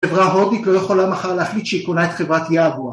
‫חברה הודית לא יכולה מחר להחליט ‫שהיא קונה את חברת YAGUAR.